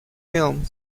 film